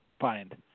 find